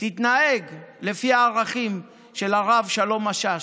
תתנהג לפי הערכים של הרב שלום משאש,